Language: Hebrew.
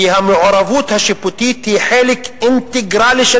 כי המעורבות השיפוטית היא חלק אינטגרלי של